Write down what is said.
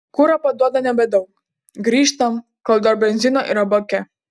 kuro paduoda nebedaug grįžtam kol dar benzino yra bake